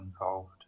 involved